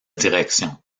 direction